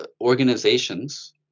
organizations